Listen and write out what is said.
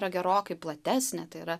yra gerokai platesnė tai yra